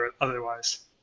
otherwise